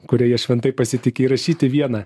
kuria jie šventai pasitiki įrašyti vieną